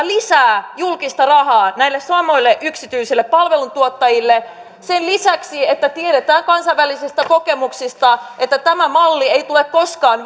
lisää julkista rahaa näille samoille yksityisille palveluntuottajille sen lisäksi tiedetään kansainvälisestä kokemuksesta että tämä malli ei tule koskaan